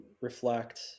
reflect